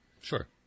Sure